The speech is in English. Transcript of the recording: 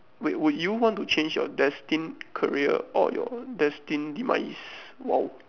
wait will you want to change your destined career or your destined demise !wow!